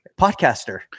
podcaster